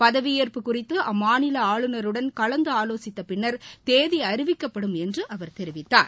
பதவியேற்பு குறித்து அம்மாநில ஆளுநருடன் கலந்து ஆலோசித்த பின்னர் தேதி அறிவிக்கப்படும் என்று அவர் தெரிவித்தார்